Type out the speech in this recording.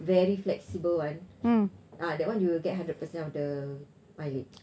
very flexible [one] ah that one you will get hundred percent of the mileage